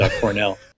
Cornell